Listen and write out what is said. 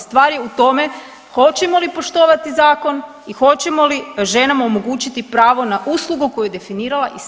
Stvar je u tome hoćemo li poštovati zakon i hoćemo li ženama omogućiti pravo na uslugu koja je definirala i SZO.